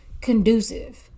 conducive